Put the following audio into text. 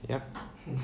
yup